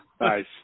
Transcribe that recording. nice